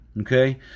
Okay